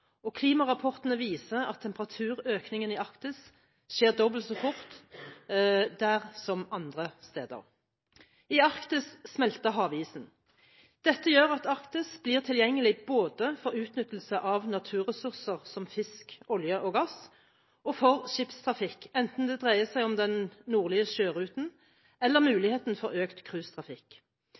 Klimarapportene viser at temperaturøkningen i Arktis skjer dobbelt så fort der som andre steder. I Arktis smelter havisen. Dette gjør at Arktis blir tilgjengelig for både utnyttelse av naturressurser som fisk, olje og gass, og skipstrafikk, enten det dreier seg om den nordlige sjørute eller mulighetene for økt